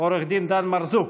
עו"ד דן מרזוק.